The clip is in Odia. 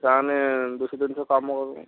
ତା'ହେଲେ ଦୁଇଶହ ତିନିଶହ କମ୍ ହେବ